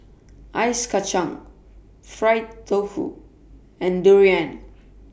Ice Kachang Fried Tofu and Durian